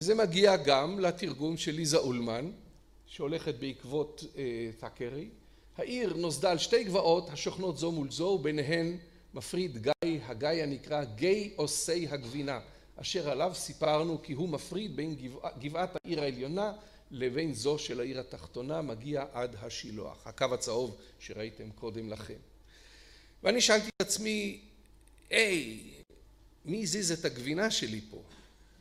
וזה מגיע גם לתרגום של ליזה אולמן שהולכת בעקבות תקרי. העיר נוסדה על שתי גבעות השוכנות זו מול זו ביניהן מפריד גיא, הגיא הנקרא גיא עושי הגבינה אשר עליו סיפרנו כי הוא מפריד בין גבעת גבעת העיר העליונה לבין זו של העיר התחתונה מגיע עד השילוח הקו הצהוב שראיתם קודם לכן ואני שאלתי לעצמי היי מי הזיז את הגבינה שלי פה